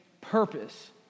purpose